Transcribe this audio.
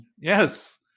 Yes